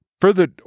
Further